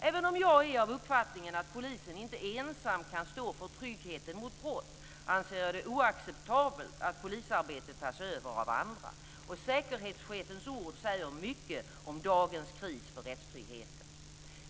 Även om jag är av uppfattningen att polisen inte ensam kan stå för tryggheten mot brott anser jag det oacceptabelt att polisarbete tas över av andra. Säkerhetschefens ord säger mycket om dagens kris för rättstryggheten.